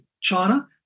China